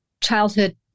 childhood